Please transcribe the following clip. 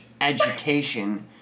education